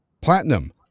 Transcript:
Platinum